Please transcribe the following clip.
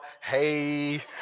Hey